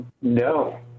No